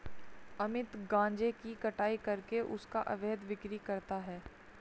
अमित गांजे की कटाई करके उसका अवैध बिक्री करता है